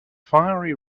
fiery